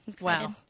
Wow